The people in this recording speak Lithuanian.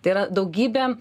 tai yra daugybė